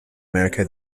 america